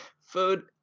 Food